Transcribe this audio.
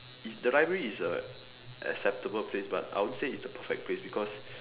is the library is a acceptable place but I won't say is the perfect place because